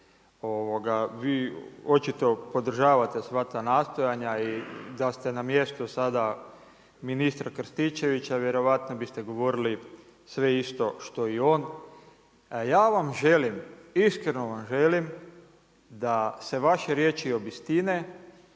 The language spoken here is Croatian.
Vi očito podržavate sva ta nastojanja i da ste na mjestu sada ministra Krstičevića vjerojatno biste govorili sve isto što i on. A ja vam želim, iskreno vam želim da se vaše riječi obistine